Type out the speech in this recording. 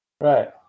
Right